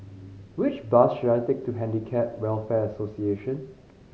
which bus should I take to Handicap Welfare Association